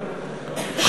שמנסה,